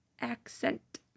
accent